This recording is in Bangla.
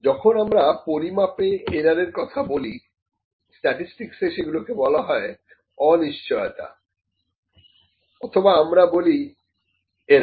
যখন আমরা পরিমাপে এরর এর কথা বলি স্ট্যাটিসটিকসে সেগুলি কে বলা হয় অনিশ্চয়তা অথবা আমরা বলি এরর